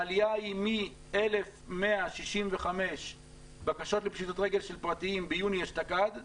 העלייה היא מ-1,165 בקשות לפשיטות רגל של פרטיים ביוני אשתקד,